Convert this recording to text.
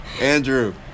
Andrew